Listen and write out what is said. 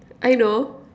I know